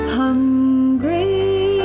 hungry